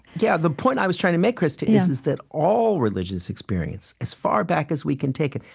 yeah. the point i was trying to make, krista, is that all religious experience, as far back as we can take it,